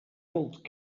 old